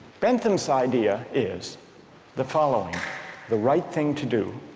bentham's idea is the following the right thing to do